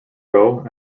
row